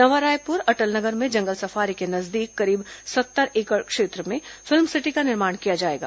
नवा रायपुर अटल नगर में जंगल सफारी के नजदीक करीब सत्तर एकड़ क्षेत्र में फिल्म सिटी का निर्माण किया जाएगा